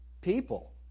people